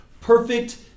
perfect